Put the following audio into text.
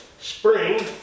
spring